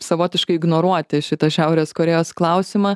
savotiškai ignoruoti šitą šiaurės korėjos klausimą